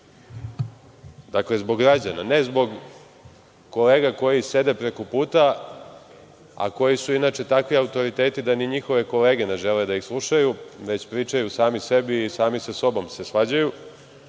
dakle, zbog građana, ne zbog kolega koji sede preko puta, a koji su inače takvi autoriteti da ni njihove kolege ne žele da ih slušaju, već pričaju sami sebi i sami sa sobom se svađaju